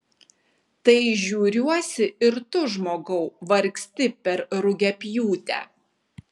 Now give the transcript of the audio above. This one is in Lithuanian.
tai žiūriuosi ir tu žmogau vargsti per rugiapjūtę